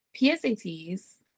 PSATs